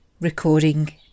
recording